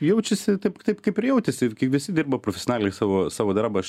jaučiasi taip taip kaip ir jautėsi ir kaip visi dirba profesionaliai savo savo darbą aš